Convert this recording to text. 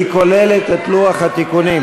היא כוללת את לוח התיקונים.